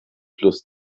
fluss